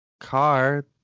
car